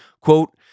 quote